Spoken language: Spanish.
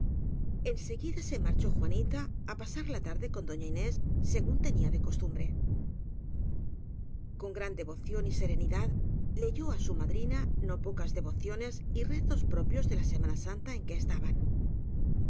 en seguida se marchó juanita á pasar la tarde con doña inés según tenía de costumbre con gran devoción y serenidad leyó á su ma drina no pocas devociones y rezos propios de la semana santa en que estaban